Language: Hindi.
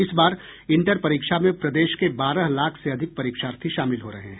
इस बार इंटर परीक्षा में प्रदेश के बारह लाख से अधिक परीक्षार्थी शामिल हो रहे हैं